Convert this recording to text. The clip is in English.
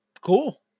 cool